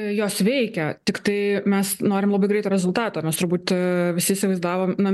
jos veikia tiktai mes norim labai greito rezultato mes turbūt visi įsivaizdavom na